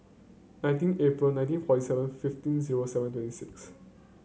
nineteen April nineteen forty seven fifteen zero seven twenty six